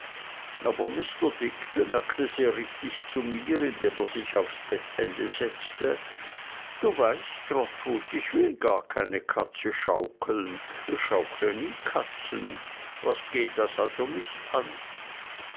aber mr dick bemerkte sehr richtig zu mir indem er sich aufs bettende niedersetzte du weißt trotwood ich will gar keine katze schaukeln ich schaukle nie katzen was geht das also mich an